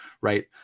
Right